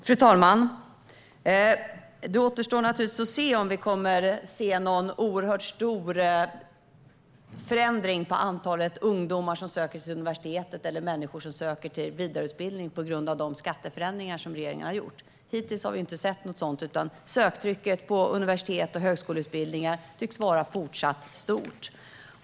Fru talman! Det återstår att se om vi kommer att få se en oerhört stor förändring av antalet ungdomar som söker till universitetet eller människor som söker till vidareutbildningar på grund av de skatteförändringar som regeringen har gjort. Hittills har vi inte sett något sådant, utan söktrycket till universitets och högskoleutbildningar tycks vara fortsatt starkt.